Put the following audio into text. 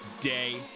day